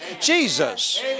Jesus